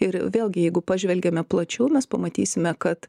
ir vėlgi jeigu pažvelgiame plačiau mes pamatysime kad